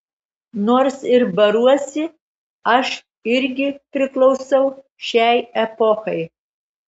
nors ir baruosi aš irgi priklausau šiai epochai